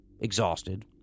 exhausted